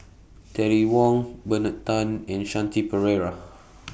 Terry Wong Bernard Tan and Shanti Pereira